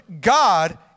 God